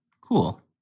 cool